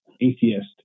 atheist